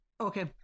Okay